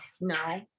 no